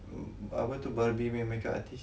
apa tu barbie punya makeup artist